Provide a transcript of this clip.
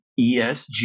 ESG